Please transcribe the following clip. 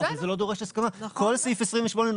אלו נסיבות שבהן לא נדרשת הסכמה בכתב?